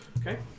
Okay